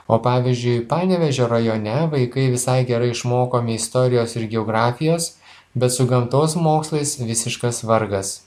o pavyzdžiui panevėžio rajone vaikai visai gerai išmokomi istorijos ir geografijos bet su gamtos mokslais visiškas vargas